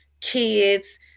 kids